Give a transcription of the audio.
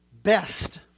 best